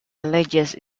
alleges